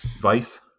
vice